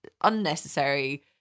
unnecessary